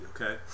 okay